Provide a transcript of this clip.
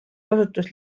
osutus